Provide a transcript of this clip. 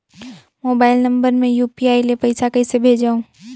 Mobile number मे UPI ले पइसा कइसे भेजवं?